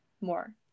more